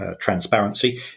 transparency